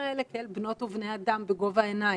האלה כאל בנות ובני אדם בגובה העיניים.